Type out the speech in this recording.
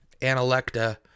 Analecta